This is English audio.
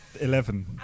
eleven